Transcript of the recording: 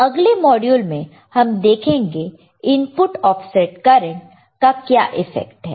अगले मॉड्यूल में हम देखेंगे इनपुट ऑफसेट करंट का क्या इफ़ेक्ट है